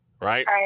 Right